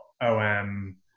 om